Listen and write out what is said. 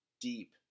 deep